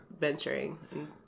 venturing